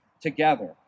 together